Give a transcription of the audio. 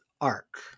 arc